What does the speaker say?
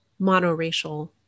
monoracial